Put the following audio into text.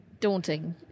daunting